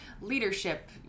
leadership